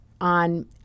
on